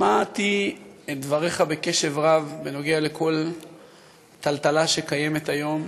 שמעתי בקשב רב את דבריך על כל הטלטלה שקיימת היום,